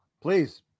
Please